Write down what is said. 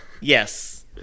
Yes